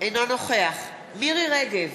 אינו נוכח מירי רגב,